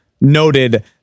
noted